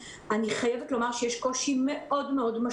אני חייבת לומר שיש קושי משמעותי מאוד מאוד,